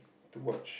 to watch